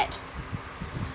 sad